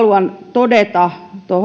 todeta tuosta